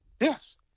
Yes